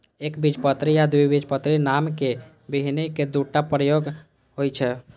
एकबीजपत्री आ द्विबीजपत्री नामक बीहनि के दूटा प्रकार होइ छै